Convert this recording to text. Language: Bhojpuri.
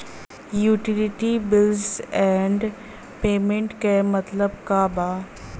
यूटिलिटी बिल्स एण्ड पेमेंटस क मतलब का बा?